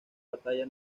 batalla